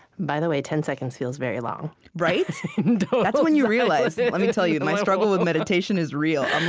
by the way, ten seconds feels very long right? that's when you realize let me tell you, my struggle with meditation is real. i'm